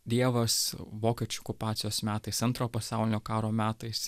dievas vokiečių okupacijos metais antro pasaulinio karo metais